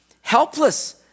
Helpless